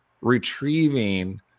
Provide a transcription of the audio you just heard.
retrieving